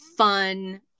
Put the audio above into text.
fun